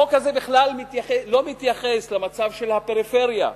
החוק הזה בכלל לא מתייחס למצב של הפריפריה,